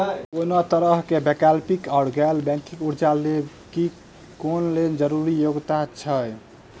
कोनो तरह कऽ वैकल्पिक वा गैर बैंकिंग कर्जा लेबऽ कऽ लेल जरूरी योग्यता की छई?